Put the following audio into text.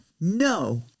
no